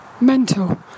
mental